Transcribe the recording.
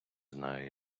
знає